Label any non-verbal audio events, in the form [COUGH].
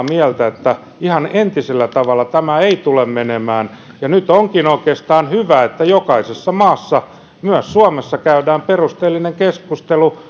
[UNINTELLIGIBLE] mieltä että ihan entisellä tavalla tämä ei tule menemään nyt oikeastaan onkin hyvä että jokaisessa maassa myös suomessa käydään perusteellinen keskustelu [UNINTELLIGIBLE]